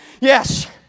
Yes